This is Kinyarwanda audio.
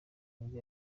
nibwo